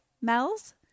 Mel's